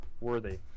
worthy